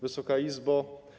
Wysoka Izbo!